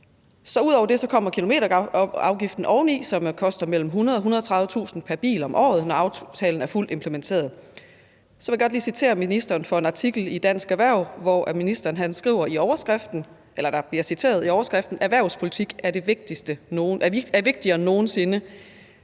Ud over det kommer kilometerafgiften oveni, som koster mellem 100.000 og 130.000 kr. pr. bil om året, når aftalen er fuldt implementeret. Så vil jeg godt lige citere ministeren fra en artikel i Dansk Erhverv, hvor ministeren i overskriften bliver citeret for at sige: »Erhvervspolitik er vigtigere end nogen sinde«.